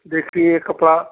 देखिए यह कपड़ा